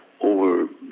over